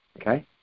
Okay